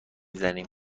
زنیم